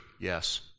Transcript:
Yes